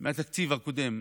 יותר מהתקציב הקודם.